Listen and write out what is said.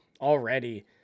already –